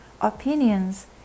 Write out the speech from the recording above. opinions